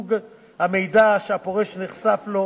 וסוג המידע שהפורש נחשף לו